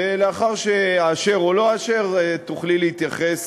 ולאחר שאאשר או לא אאשר תוכלי להתייחס